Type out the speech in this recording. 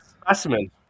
specimen